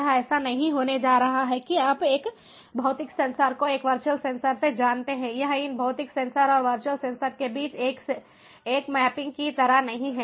यह ऐसा नहीं होने जा रहा है जैसे आप एक भौतिक सेंसर को एक वर्चुअल सेंसर से जानते हैं यह इन भौतिक सेंसर और वर्चुअल सेंसर के बीच एक से एक मैपिंग की तरह नहीं है